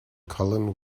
colin